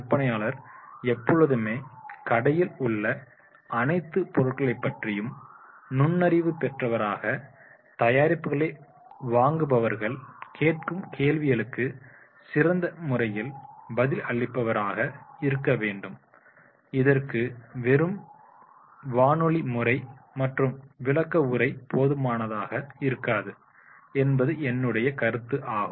விற்பனையாளர் எப்பொழுதுமே கடையில் உள்ள அனைத்து பொருட்களைப் பற்றியும் நுண்ணறிவு பெற்றவராக தயாரிப்புகளை வாங்குபவர்கள் கேட்கும் கேள்விகளுக்கு சிறந்த முறையில் பதில் அளிப்பவர் ஆக இருக்க வேண்டும் இதற்கு வெறும் வானொலி முறை மற்றும் விளக்கவுரை போதுமானதாக இருக்காது என்பது என்னுடைய கருத்து ஆகும்